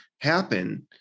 happen